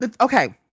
okay